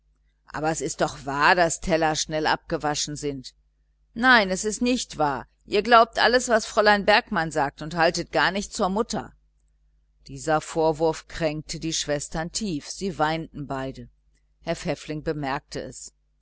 aber es ist doch wahr daß teller schnell abgewaschen sind nein es ist nicht wahr ihr glaubt alles was fräulein bergmann sagt und haltet gar nicht zur mutter dieser vorwurf kränkte die schwestern tief sie weinten beide herr pfäffling bemerkte es